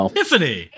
Tiffany